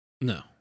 no